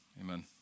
amen